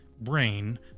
brain